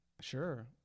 Sure